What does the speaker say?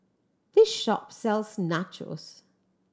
this shop sells Nachos